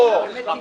לא.